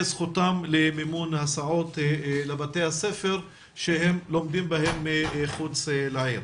זכותם למימון ההסעות לבתי הספר שהם לומדים בהם מחוץ לעיר.